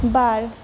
बार